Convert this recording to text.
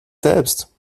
selbst